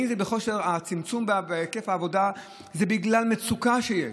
הצמצום בהיקף העבודה זה בגלל מצוקה שיש,